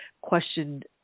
questioned